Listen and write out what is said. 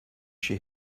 she